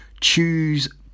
choose